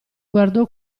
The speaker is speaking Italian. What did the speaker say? guardò